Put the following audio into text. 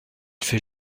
fait